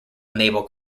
naval